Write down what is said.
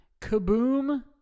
Kaboom